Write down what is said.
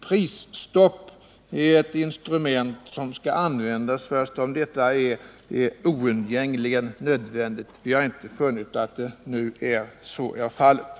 Prisstopp är ett instrument som skall användas när detta är oundgängligen nödvändigt, men vi har inte funnit att så är fallet nu.